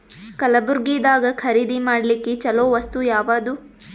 ಕಲಬುರ್ಗಿದಾಗ ಖರೀದಿ ಮಾಡ್ಲಿಕ್ಕಿ ಚಲೋ ವಸ್ತು ಯಾವಾದು?